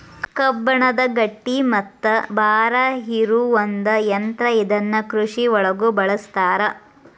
ಕಬ್ಬಣದ ಗಟ್ಟಿ ಮತ್ತ ಭಾರ ಇರು ಒಂದ ಯಂತ್ರಾ ಇದನ್ನ ಕೃಷಿ ಒಳಗು ಬಳಸ್ತಾರ